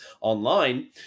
online